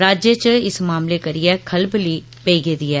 राज्य च इस मामले करिये खलबली पेई गेदी ऐ